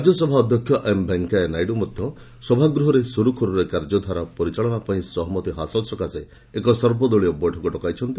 ରାଜ୍ୟସଭା ଅଧ୍ୟକ୍ଷ ଏମ୍ ଭେଙ୍କିୟା ନାଇଡୁ ମଧ୍ୟ ସଭାଗୃହରେ ସୁରୁଖୁରୁରେ କାର୍ଯ୍ୟଧାରା ପରିଚାଳନା ପାଇଁ ସହମତି ହାସଲ ସକାଶେ ଏକ ସର୍ବଦଳୀୟ ବୈଠକ ଡକାଇଛନ୍ତି